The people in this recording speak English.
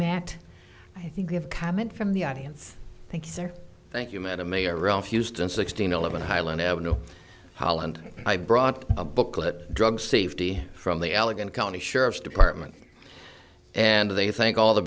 matt i think we have comment from the audience thanks there thank you madam mayor of houston sixteen eleven highland avenue holland i brought a booklet drug safety from the allegheny county sheriff's department and they thank all the